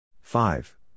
five